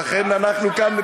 לכן אנחנו כאן.